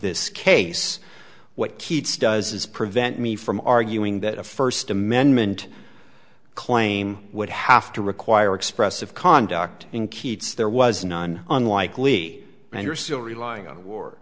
this case what keats does is prevent me from arguing that a first amendment claim would have to require expressive conduct in keats there was none unlikely and you're still relying on a war